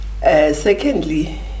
Secondly